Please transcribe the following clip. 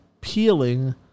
peeling